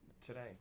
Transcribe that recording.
today